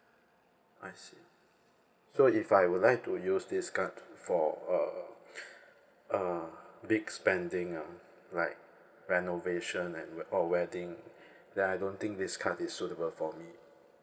I see so if I would like to use this card for err uh big spending ah right renovation and or wedding then I don't think this card is suitable for me